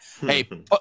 Hey